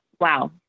Wow